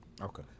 Okay